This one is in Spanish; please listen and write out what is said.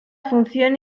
función